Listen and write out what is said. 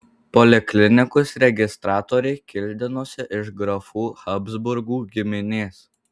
poliklinikos registratorė kildinosi iš grafų habsburgų giminės